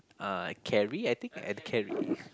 uh carry I think and carry